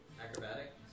Acrobatic